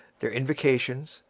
their invocations,